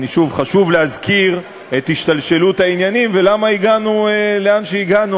חשוב להזכיר את השתלשלות העניינים ולמה הגענו לאן שהגענו,